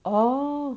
oh